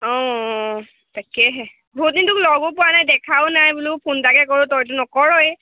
অঁ অঁ তাকেহে বহুত দিনটোক লগো পোৱা নাই দেখাও নাই বোলো ফোনটাকে কৰোঁ তইতো নকৰই